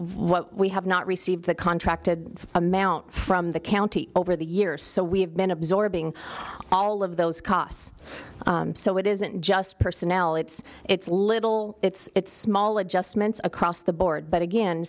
what we have not received the contracted amount from the county over the years so we have been absorbing all of those costs so it isn't just personnel it's it's little it's small adjustments across the board but again